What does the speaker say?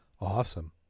Awesome